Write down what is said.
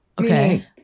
Okay